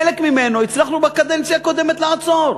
חלק ממנו הצלחנו בקדנציה הקודמת לעצור,